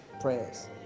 prayers